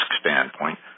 standpoint